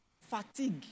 fatigue